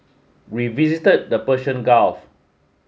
we visit the Persian Gulf